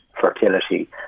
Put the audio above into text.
fertility